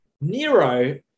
Nero